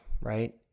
right